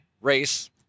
race